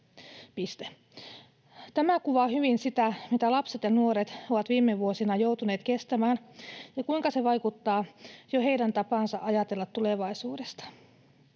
Tämä kuvaa hyvin sitä, mitä lapset ja nuoret ovat viime vuosina joutuneet kestämään, ja kuinka se vaikuttaa jo heidän tapaansa ajatella tulevaisuudesta.